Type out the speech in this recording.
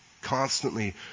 constantly